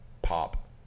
pop